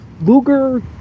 Luger